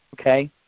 Okay